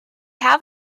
have